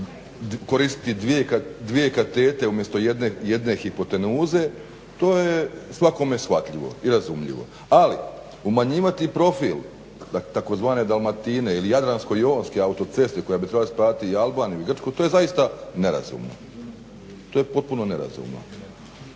koristiti dvije katete umjesto jedne hipotenuze, to je svakome shvatljivo i razumljivo. Ali umanjivati profil tzv. dalmatine ili jadransko-jonske autoceste koja bi trebala spajati i Albaniju i Grčku to je zaista nerazumno. To je potpuno nerazumno,